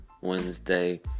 Wednesday